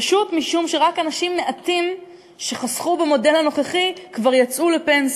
פשוט משום שרק אנשים מעטים שחסכו במודל הנוכחי כבר יצאו לפנסיה.